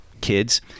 kids